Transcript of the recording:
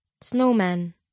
Snowman